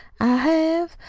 i have.